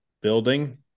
building